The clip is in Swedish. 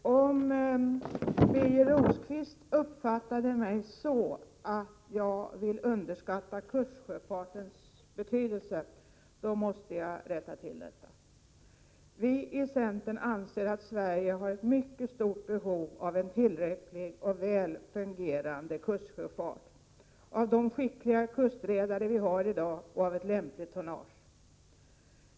Herr talman! Om Birger Rosqvist uppfattade mig så att jag vill underskatta kustsjöfartens betydelse, måste jag rätta till detta. Vi i centern anser att Sverige har ett mycket stort behov av en tillräcklig och väl fungerande kustsjöfart, av de skickliga kustredare vi i dag har och av ett lämpligt tonnage.